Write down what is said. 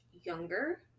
younger